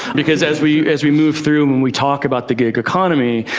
because as we as we move through when we talk about the gig economy,